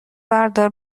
بردار